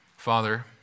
Father